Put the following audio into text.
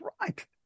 right